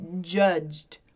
judged